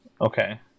Okay